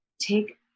take